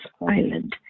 island